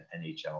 NHL